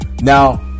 now